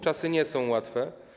Czasy nie są łatwe.